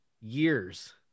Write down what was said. years